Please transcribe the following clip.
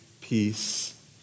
peace